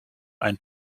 ein